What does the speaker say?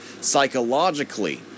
psychologically